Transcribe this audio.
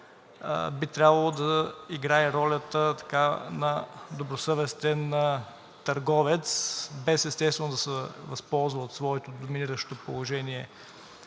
би трябвало да играе ролята на добросъвестен търговец, без, естествено, да се възползва от своето доминиращо положение